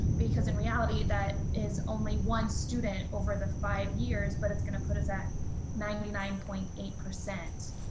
because in reality that is only one student over the five years but it's gonna put us at ninety-nine point eight percent.